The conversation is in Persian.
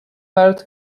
برات